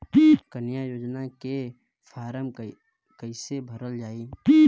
कन्या योजना के फारम् कैसे भरल जाई?